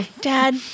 dad